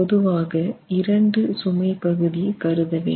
பொதுவாக இரண்டு சுமை பகுதி கருத வேண்டும்